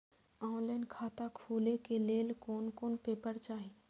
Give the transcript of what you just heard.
Online खाता खोले के लेल कोन कोन पेपर चाही?